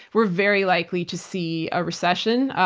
we're very likely to see a recession.